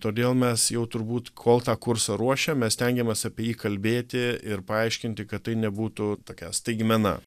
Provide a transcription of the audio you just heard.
todėl mes jau turbūt kol tą kursą ruošėm mes stengėmės apie jį kalbėti ir paaiškinti kad tai nebūtų tokia staigmena